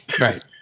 Right